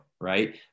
right